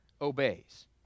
obeys